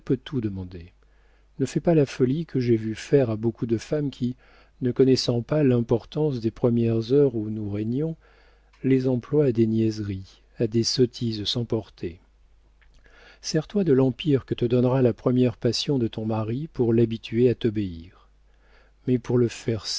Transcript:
tout demander ne fais pas la folie que j'ai vu faire à beaucoup de femmes qui ne connaissant pas l'importance des premières heures où nous régnons les emploient à des niaiseries à des sottises sans portée sers toi de l'empire que te donnera la première passion de ton mari pour l'habituer à t'obéir mais pour le faire